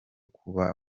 kuba